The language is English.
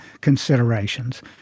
considerations